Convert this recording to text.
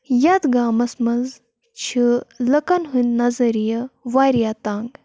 یَتھ گامَس منٛز چھِ لُکن ہٕنٛدۍ نظریہِ واریاہ تنٛگ